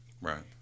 Right